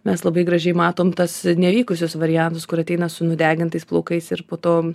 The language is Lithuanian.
mes labai gražiai matom tas nevykusius variantus kur ateina su nudegintais plaukais ir po to